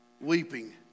weeping